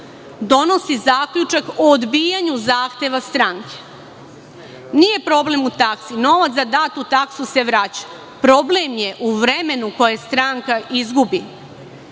donosi zaključak o odbijanju zahteva stranke. Nije problem u taksi, novac za datu taksu se vraća, problem je u vremenu koje stranka izgubi